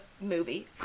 movie